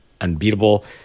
unbeatable